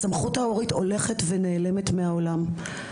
הסמכות ההורית הולכת ונעלמת מהעולם.